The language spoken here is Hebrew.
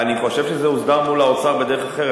אני חושב שזה הוסדר פה לאוצר בדרך אחרת.